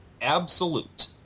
Absolute